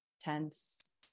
tense